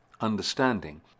understanding